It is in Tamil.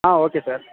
ah okay sir